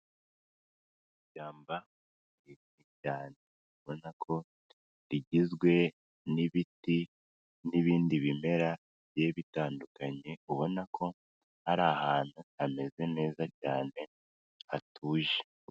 Ishyamba ryiza cyane, ubona ko rigizwe n'ibiti n'ibindi bimera bigiye bitandukanye, ubona ko ari ahantu hameze neza cyane hatuje.